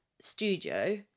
studio